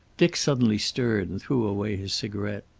dick suddenly stirred and threw away his cigarette.